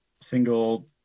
single